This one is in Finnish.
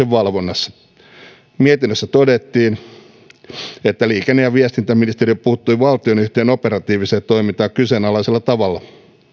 valvonnassa mietinnössä todettiin että liikenne ja viestintäministeriö puuttui valtionyhtiön operatiiviseen toimintaan kyseenalaisella tavalla